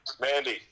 Mandy